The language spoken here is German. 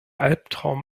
albtraum